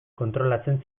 kontrolatzen